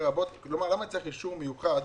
לרבות" למה צריך אישור מיוחד?